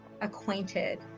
acquainted